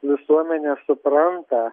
visuomenė supranta